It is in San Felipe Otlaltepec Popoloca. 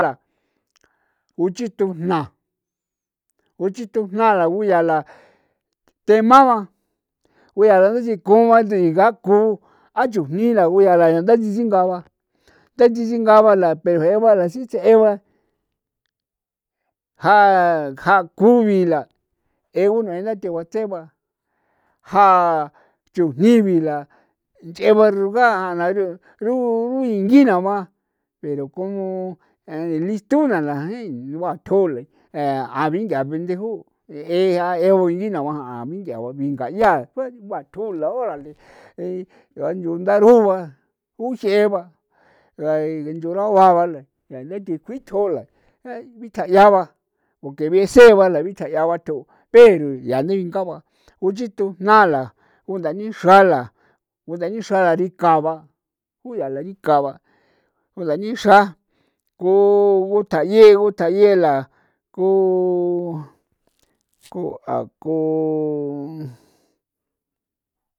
Ka uchitu jna uchitu jna la guyaa la tema ba ku yaa are sikon ba ngaaku a chujni guya la tsinga ba tatesingaa tatetsinga ba la jee ba sitsee ba la ja jakubi la eu nue datee bats'eba la ja chujni bi la nch'eba rugaa ru xruingi na ba pero como listoon na me jai bathjo le jea a binthaa ndejoo jee je'a bina'o ja'an ndaba bingayaa kjue bathu la orale anyu ndaroa ba ux'ee ba ngain nchaora ba yaa le ti kjuin oleejai bitjanya ba ku ke besee ba la bitjanya ba tu pero yaa dinga la guchi tujna la undanixra la undanixra rika ba guya la rika ba undanixra guta'ie guta'ie la ku a ku.